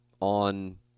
on